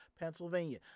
Pennsylvania